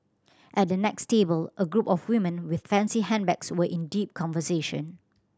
at the next table a group of women with fancy handbags were in deep conversation